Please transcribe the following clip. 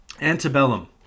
antebellum